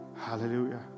Hallelujah